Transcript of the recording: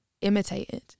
imitated